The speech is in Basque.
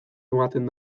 ematen